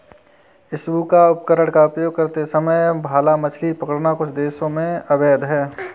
scuba उपकरण का उपयोग करते समय भाला मछली पकड़ना कुछ देशों में अवैध है